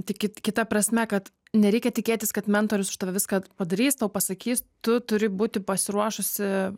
tikit kita prasme kad nereikia tikėtis kad mentorius viską padarys tau pasakys tu turi būti pasiruošusi